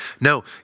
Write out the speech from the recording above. No